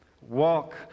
Walk